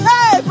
Hey